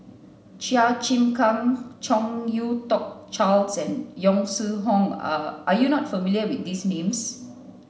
Chua Chim Kang Chong You dook Charles and Yong Shu Hoong are are you not familiar with these names